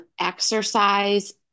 exercise